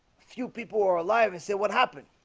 few people are alive and said what happened?